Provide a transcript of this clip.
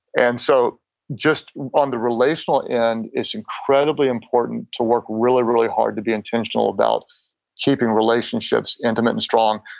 and so just on the relational end it's incredibly important to work really, really hard to be intentional about keeping relationships intimate and strong.